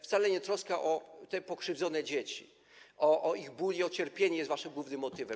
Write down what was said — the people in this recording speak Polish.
Wcale nie troska o te pokrzywdzone dzieci, o ich ból i cierpienie, jest waszym głównym motywem.